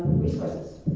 resources.